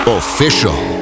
official